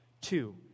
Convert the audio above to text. two